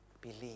believe